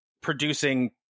producing